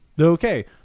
Okay